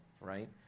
right